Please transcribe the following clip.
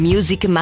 Music